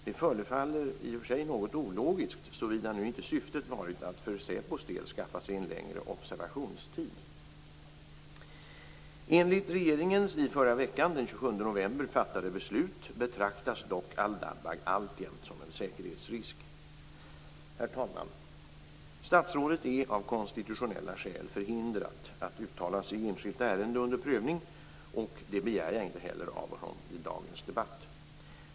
Det förefaller i och för sig något ologiskt, såvida inte syftet har varit att för säpos del skaffa sig en längre observationstid. Enligt regeringens i förra veckan, den Dabbagh alltjämt som en säkerhetsrisk. Herr talman! Statsrådet är av konstitutionella skäl förhindrad att uttala sig i enskilt ärende under prövning, och det begär jag inte heller av honom i dagens debatt.